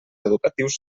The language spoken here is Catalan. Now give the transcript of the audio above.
educatius